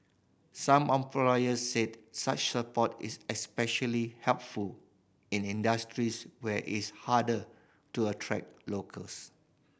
some employers said such support is especially helpful in industries where it's harder to attract locals